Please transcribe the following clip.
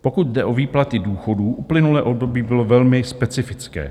Pokud jde o výplaty důchodů, uplynulé období bylo velmi specifické.